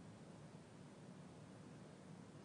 הדיון הזה,